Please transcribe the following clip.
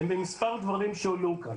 הם במספר נקודות שהועלו כאן .